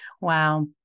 Wow